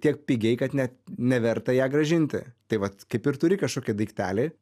tiek pigiai kad net neverta ją grąžinti tai vat kaip ir turi kažkokį daiktelį